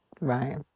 Right